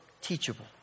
teachable